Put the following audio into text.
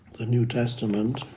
the new testament,